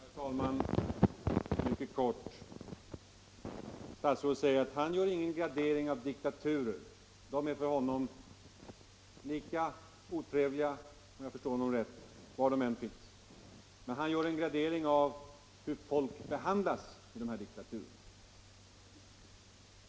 Herr talman! Jag skall fatta mig mycket kort. Statsrådet Anderssor säger att han inte gör någon gradering av diktaturer. De är för honom - om jag förstår honom rätt — lika otrevliga var de än finns. Men han gör en gradering av hur folk behandlas i dessa diktaturer.